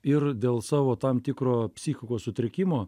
ir dėl savo tam tikro psichikos sutrikimo